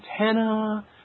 antenna